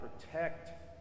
protect